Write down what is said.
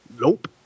Nope